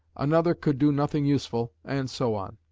another could do nothing useful, and so on.